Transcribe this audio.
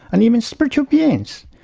and even spiritual beings.